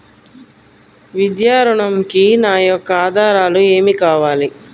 విద్యా ఋణంకి నా యొక్క ఆధారాలు ఏమి కావాలి?